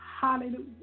Hallelujah